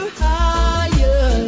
higher